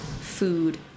food